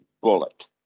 bullet